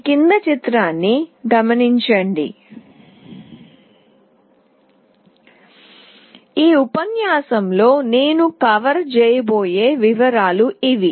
ఈ ఉపన్యాసంలో నేను కవర్ చేయబోయే వివరాలు ఇవి